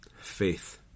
Faith